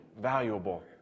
valuable